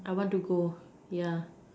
I want to go yeah